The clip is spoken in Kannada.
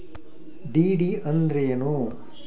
ಡಿ.ಡಿ ಅಂದ್ರೇನು?